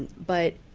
but,